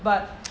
but